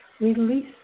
Release